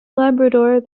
labrador